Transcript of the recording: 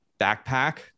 backpack